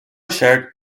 shared